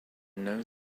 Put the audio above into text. known